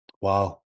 Wow